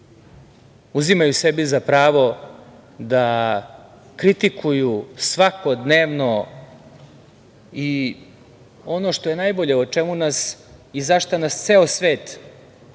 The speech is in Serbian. uzimaju sebi za pravo da kritikuju svakodnevno i ono što je najbolje, o čemu nas i za šta nam ceo svet skida